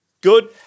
Good